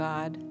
God